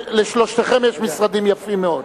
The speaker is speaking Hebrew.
לשלושתכם יש משרדים יפים מאוד.